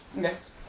Yes